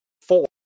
four